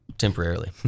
Temporarily